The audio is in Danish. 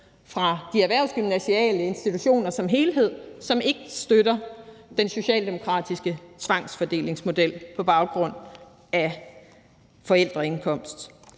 fra de erhvervsgymnasiale institutioner som helhed, som ikke støtter den socialdemokratiske tvangsfordelingsmodel, der har baggrund i forældreindkomst.